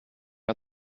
hat